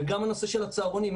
גם הנושא של הצהרונים.